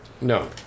No